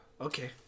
Okay